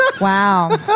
Wow